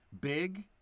Big